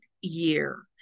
year